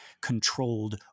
controlled